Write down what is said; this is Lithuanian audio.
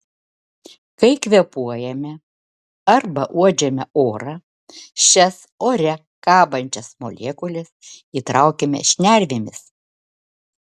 kai kvėpuojame arba uodžiame orą šias ore kabančias molekules įtraukiame šnervėmis